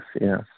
yes